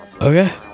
Okay